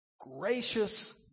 gracious